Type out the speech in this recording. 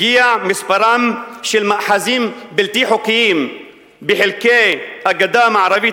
הגיע מספרם של מאחזים בלתי חוקיים בחלקי הגדה המערבית